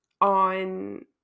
on